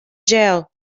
jail